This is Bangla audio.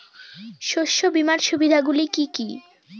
শস্য বিমার সুবিধাগুলি কি কি?